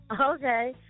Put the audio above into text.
okay